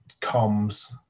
comms